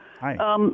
Hi